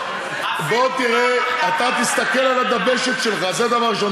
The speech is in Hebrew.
בוא תראה, אתה תסתכל על הדבשת שלך, זה דבר ראשון.